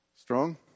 Strong